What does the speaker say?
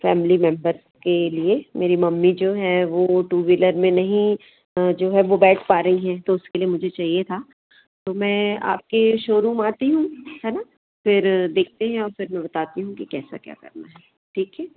family members के लिए मेरी मम्मी जो हैं वो टू वीलर में नहीं जो है वो बैठ पा रही हैं तो उसके लिए मुझे चाहिए था तो मैं आपके शौरूम आती हूँ है ना फिर देखते हैं और फिर मैं बताती हूँ कि कैसा क्या करना है ठीक है